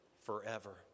forever